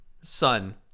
sun